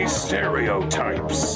stereotypes